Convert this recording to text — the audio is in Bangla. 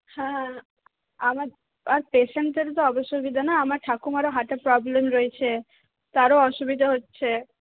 হ্যাঁ হ্যাঁ আমার আর পেসেন্টের যা অসুবিধা না আমার ঠাকুমারও হার্টের প্রব্লেম রয়েছে তারও অসুবিধা হচ্ছে